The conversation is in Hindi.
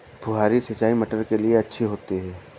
फुहारी सिंचाई मटर के लिए अच्छी होती है?